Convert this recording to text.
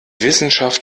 wissenschaft